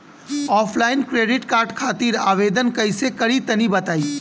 Offline credit card खातिर आवेदन कइसे करि तनि बताई?